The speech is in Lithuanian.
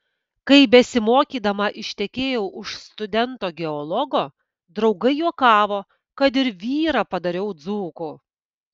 kai besimokydama ištekėjau už studento geologo draugai juokavo kad ir vyrą padariau dzūku